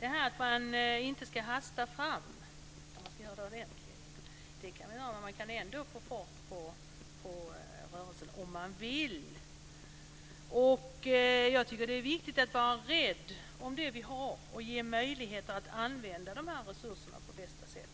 Herr talman! Man ska inte hasta fram, utan göra det ordentligt. Det ska man göra, men man kan ändå få fart på processen om man vill. Jag tycker att det är viktigt att vara rädd om det vi har och ge möjligheter att använda dessa resurser på bästa sätt.